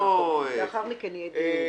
לאחר מכן יהיה דיון.